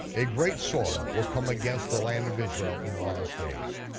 a great sword will come against the land of israel in the last days.